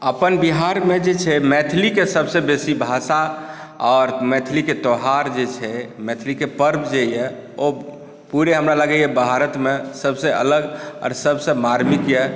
अपन बिहारमे जे छै मैथिलीक सभसे बेसी भाषा आओर मैथिलीके त्यौहार जे छै मैथिलीके परब जे यऽ ओ पूरे हमरा लगैया भारतमे सभसे अलग आओर सभसे मार्मिक यऽ